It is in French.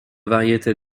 variétés